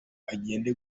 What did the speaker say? agende